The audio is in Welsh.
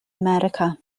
america